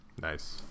Nice